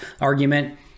argument